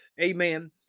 amen